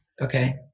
Okay